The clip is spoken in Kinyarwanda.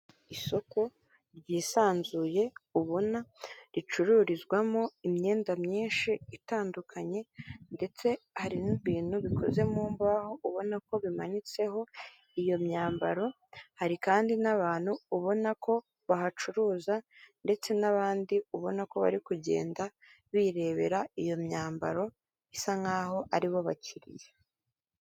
Isoko ryisanzuye ubona ricururizwamo imyenda myinshi itandukanye ndetse hari n'ibintu bikoze mu mbaho ubona ko bimanitseho iyo myambaro hari kandi n'abantu ubona ko bahacuruza ndetse n'abandi ubona ko bari kugenda birebera iyo myambaro isa nk'aho ari bo bakiriya.